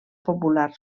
popular